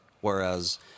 Whereas